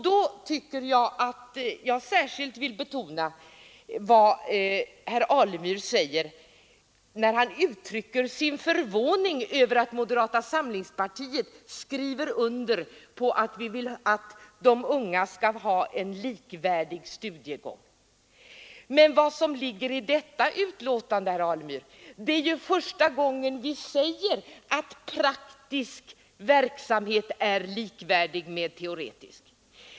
Då vill jag särskilt påtala att herr Alemyr uttrycker sin förvåning över att moderata samlingspartiet skriver under på att de unga skall ha en likvärdig studiegång. Men, herr Alemyr, det är ju första gången utskottet uttalar att praktisk verksamhet är likvärdig med teoretisk.